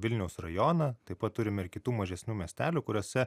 vilniaus rajoną taip pat turime ir kitų mažesnių miestelių kuriuose